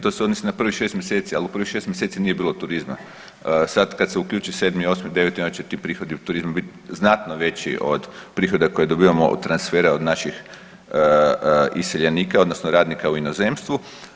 To se odnosi na prvih 6 mjeseci, al u prvih 6 mjeseci nije bilo turizma, sad kad se uključi 7., 8. i 9. onda će ti prihodi od turizma bit znatno veći od prihoda koje dobivamo od transfera od naših iseljenika odnosno radnika u inozemstvu.